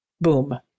Boom